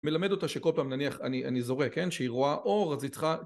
מלמד אותה שכל פעם נניח אני אני זורק כן, שהיא רואה אור אז היא צריכה